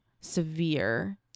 severe